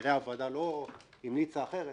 כנראה הוועדה לא המליצה אחרת